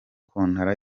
kontaro